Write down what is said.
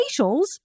facials